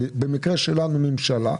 במקרה שלנו ממשלה,